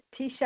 Tisha